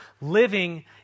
living